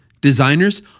designers